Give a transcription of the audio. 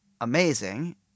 amazing